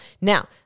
Now